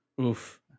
Oof